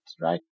right